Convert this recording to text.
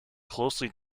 closely